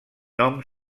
nom